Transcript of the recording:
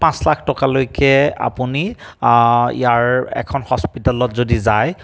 পাঁচ লাখ টকালৈকে আপুনি ইয়াৰ এখন হস্পিতালত যদি যায়